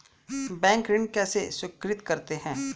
Bank ऋण कैसे स्वीकृत करते हैं?